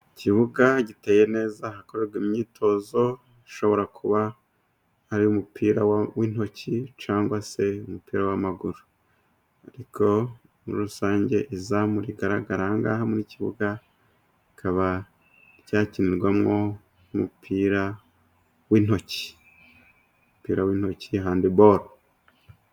Ikibuga giteye neza ahakorerwa imyitozo ishobora kuba ari umupira w'intoki cyangwa se umupira w'amaguru, ariko muri rusange izamu rigaragara aha ngaha mu kibugakaba ,kikaba cyakinirwamo umupira w'intoki umupira w'intoki handibolo.